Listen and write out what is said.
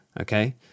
okay